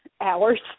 hours